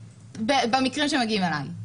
במקרה שהם מגיעים אליי.